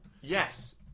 Yes